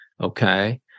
Okay